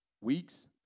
Weeks